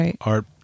art